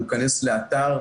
הוא יכנס לאתר,